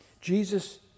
Jesus